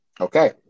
Okay